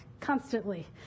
constantly